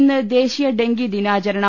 ഇന്ന് ദേശീയ ഡെങ്കി ദിനാചരണം